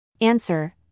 Answer